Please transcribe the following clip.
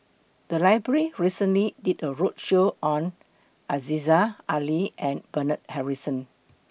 The Library recently did A roadshow on Aziza Ali and Bernard Harrison